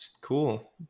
cool